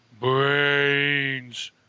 Brains